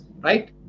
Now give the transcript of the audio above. right